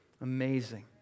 Amazing